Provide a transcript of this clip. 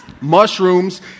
mushrooms